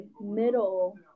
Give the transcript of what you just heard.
middle